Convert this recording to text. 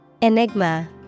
Enigma